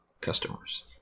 customers